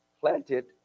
planted